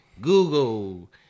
Google